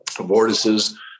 vortices